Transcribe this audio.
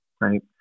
right